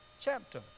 chapter